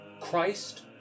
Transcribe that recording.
Christ